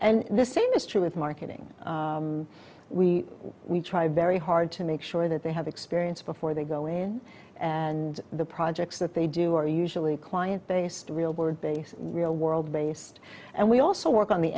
and the same is true with marketing we we try very hard to make sure that they have experience before they go in and the projects that they do are usually client based real word base real world based and we also work on the